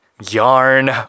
yarn